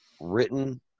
written